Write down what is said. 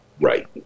right